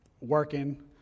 working